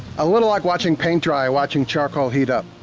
a little like watching paint dry, watching charcoal heat up,